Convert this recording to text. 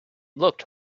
looked